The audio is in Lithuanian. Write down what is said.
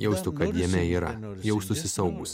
jaustų kad jame yra jaustųsi saugūs